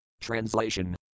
Translation